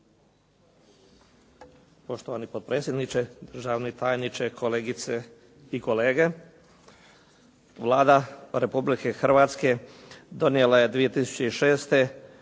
Poštovani potpredsjedniče, državni tajniče, kolegice i kolege. Vlada Republike Hrvatske donijela je 2006.